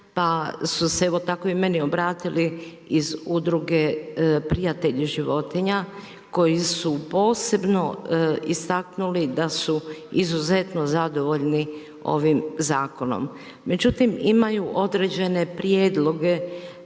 pa su se evo tako i meni obratili iz udruge prijatelj životinja, koji su posebno istaknuli da su izuzetno zadovoljni ovim zakonom. Međutim, imaju određene prijedloge